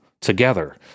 together